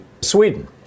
Sweden